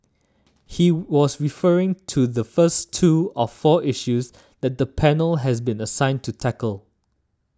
he was referring to the first two of four issues that the panel has been assigned to tackle